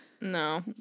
No